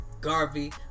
Garvey